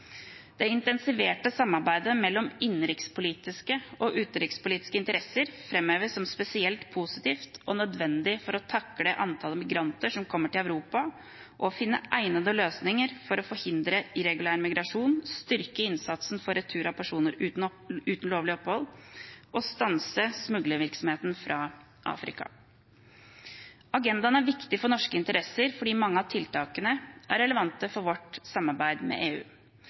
Det intensiverte samarbeidet mellom innenrikspolitiske og utenrikspolitiske interesser framheves som spesielt positivt og nødvendig for å takle antallet migranter som kommer til Europa, og for å finne egnede løsninger for å forhindre irregulær migrasjon, styrke innsatsen for retur av personer uten lovlig opphold og stanse smuglervirksomheten fra Afrika. Agendaen er viktig for norske interesser fordi mange av tiltakene er relevante for vårt samarbeid med EU.